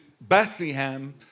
Bethlehem